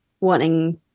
wanting